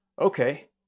okay